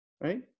right